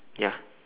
ya